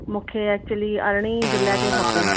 मूंखे एक्चुअली अरड़हीं जुलाई ताईं खपे